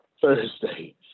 Thursday